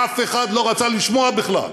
אף אחד לא רצה לשמוע בכלל.